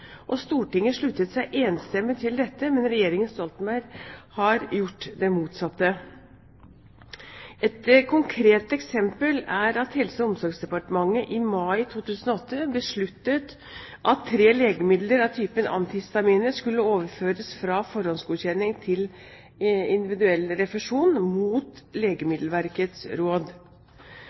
og Stortinget sluttet seg enstemmig til dette, men regjeringen Stoltenberg har gjort det motsatte. Et konkret eksempel er at Helse- og omsorgsdepartementet i mai 2008 besluttet at tre legemidler av typen antihistaminer skulle overføres fra forhåndsgodkjenning til individuell refusjon, mot Legemiddelverkets råd.